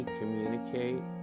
communicate